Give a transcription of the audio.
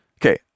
okay